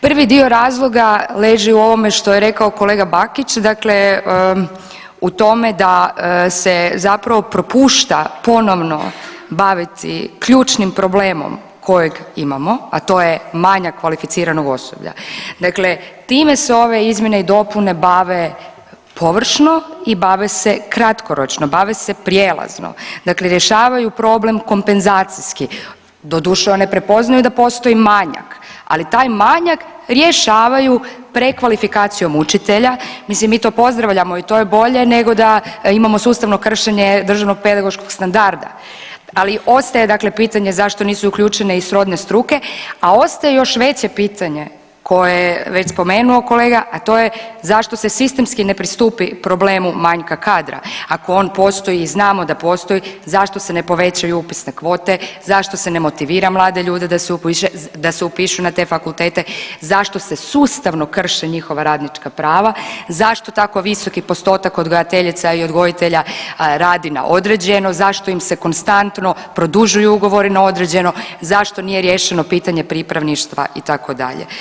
Prvi dio razloga leži u ovome što je rekao kolega Bakić, dakle u tome da se zapravo propušta ponovno baviti ključnim problemom kojeg imamo, a to je manjak kvalificiranog osoblja, dakle time se ove izmjene i dopune bave površno i bave se kratkoročno, bave se prijelazno, dakle rješavaju problem kompenzacijski, doduše one prepoznaju da postoji manjak, ali taj manjak rješavaju prekvalifikacijom učitelja, mislim mi to pozdravljamo i to je bolje nego da imamo sustavno kršenje državnog pedagoškog standarda, ali ostaje dakle pitanje zašto nisu uključene i srodne struke, a ostaje još veće pitanje koje je već spomenuo kolega, a to je zašto se sistemski ne pristupi problemu manjka kadra, ako on postoji i znamo da postoji zašto se ne povećaju upisne kvote, zašto se ne motivira mlade ljude da se upišu na te fakultete, zašto se sustavno krše njihova radnička prava, zašto tako visoki postotak odgojiteljica i odgojitelja radi na određeno, zašto im se konstantno produžuju ugovori na određeno, zašto nije riješeno pitanje pripravništva itd.